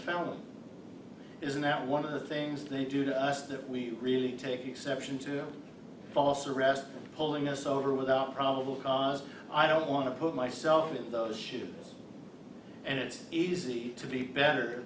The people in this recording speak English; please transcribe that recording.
family isn't that one of the things they do to us that we really take exception to a false arrest pulling us over without probable cause i don't want to put myself in those shoes and it's easy to be better